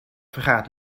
vergaat